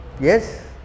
yes